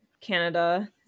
Canada